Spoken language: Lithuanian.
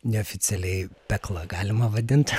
neoficialiai pekla galima vadint